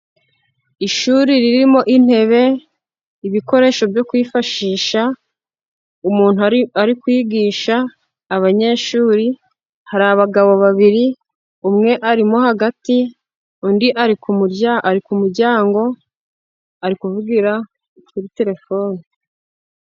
Ishuri ririmo intebe ibikoresho byo kwifashisha umuntu ari kwigisha abanyeshuri, hari abagabo babiri umwe ari hagati, undi ari kumuryango ari ku muryango ari kuvugira kuri telefone.